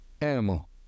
animal